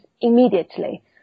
immediately